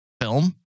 film